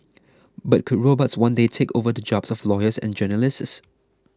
but could robots one day take over the jobs of lawyers and journalists